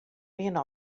wiene